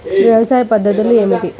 వ్యవసాయ పద్ధతులు ఏమిటి?